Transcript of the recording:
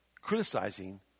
criticizing